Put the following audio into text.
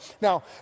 Now